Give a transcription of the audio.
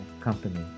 company